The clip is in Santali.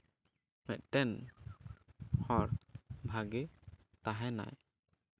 ᱢᱤᱫᱴᱮᱱ ᱦᱚᱲ ᱵᱷᱟᱹᱜᱤ ᱛᱟᱦᱮᱱᱟᱭ